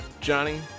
Johnny